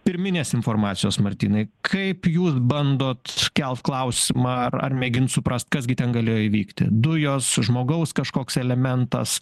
pirminės informacijos martynai kaip jūs bandot kelt klausimą ar ar mėgint suprast kas gi ten galėjo įvykti dujos žmogaus kažkoks elementas